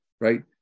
right